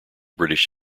british